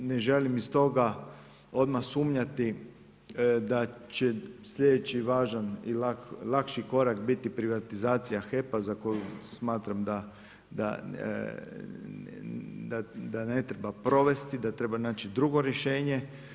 Ne želim iz toga odmah sumnjati, da će sljedeći važan i lakši korak biti privatizacija HEP-a za koju smatram da ne treba provesti, da treba naći drugo rješenje.